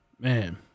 Man